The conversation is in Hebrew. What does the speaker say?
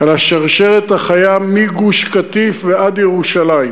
על השרשרת החיה מגוש-קטיף ועד ירושלים.